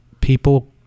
people